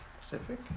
Pacific